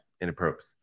inappropriate